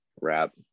wrap